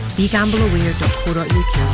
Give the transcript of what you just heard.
BeGambleAware.co.uk